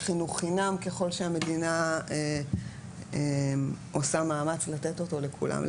חינוך חינם ככל שהמדינה עושה מאמץ לתת אותו לכולם,